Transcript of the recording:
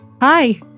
Hi